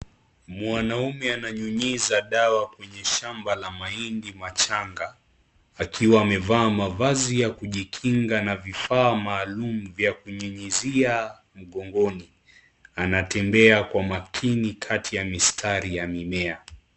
Mwanaume ananyunyiza dawa kwenye shamba la mahindi machanga, akiwa amevaa mavazi ya kijikinga ana vifaa maalum vya kunyunyizia mgongoni. Anatembea kwa makini kati ya misitari ya mimea.